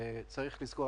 צריך לזכור,